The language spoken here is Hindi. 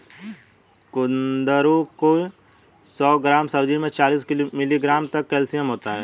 कुंदरू की सौ ग्राम सब्जी में चालीस मिलीग्राम तक कैल्शियम होता है